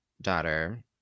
daughter